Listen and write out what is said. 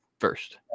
first